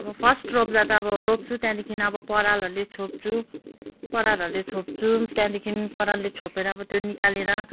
अब फर्स्ट रोप्दा त अब रोप्छु त्यहाँदेखि अब परालहरूले छोप्छु परालहरूले छोप्छु त्यहाँदेखि परालले छोपेर अब त्यो निकालेर